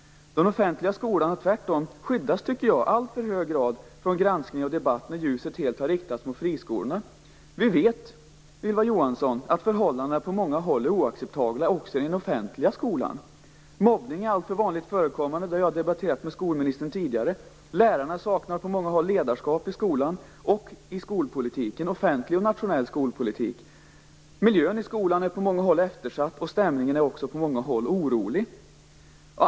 Den offentliga skolan har i alltför hög grad skyddats från granskning och debatt, när ljuset helt har riktats mot friskolorna. Vi vet, Ylva Johansson, att förhållandena på många håll är oacceptabla också i den offentliga skolan. Mobbning förekommer alltför ofta. Det har jag debatterat med skolministern tidigare. Lärarna saknar på många håll ett ledarskap i skolan, även i offentlig och nationell skolpolitik. Underhållet av miljön i skolorna är på många håll eftersatt, och stämningen är på många håll orolig.